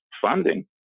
funding